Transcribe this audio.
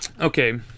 Okay